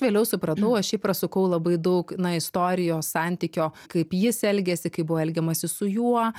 vėliau supratau aš jį prasukau labai daug na istorijos santykio kaip jis elgėsi kaip buvo elgiamasi su juo